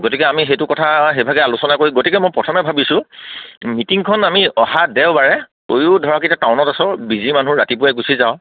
গতিকে আমি সেইটো কথা সেইভাগে আলোচনা কৰি গতিকে মই প্ৰথমে ভাবিছোঁ মিটিংখন আমি অহা দেওবাৰে কৰিও ধৰক এতিয়া টাউনত আছোঁ বিজি মানুহ ৰাতিপুৱাই গুচি যাওঁ